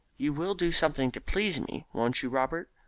you will do something to please me, won't you, robert?